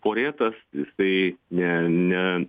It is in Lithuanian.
porėtas jisai ne ne